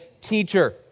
teacher